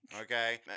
okay